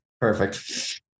Perfect